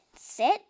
sit